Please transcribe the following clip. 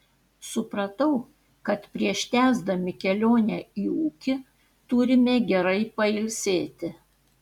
supratau kad prieš tęsdami kelionę į ūkį turime gerai pailsėti